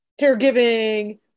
caregiving